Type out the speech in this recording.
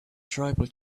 tribal